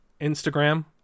Instagram